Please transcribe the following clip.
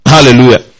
Hallelujah